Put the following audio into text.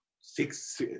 six